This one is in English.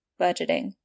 budgeting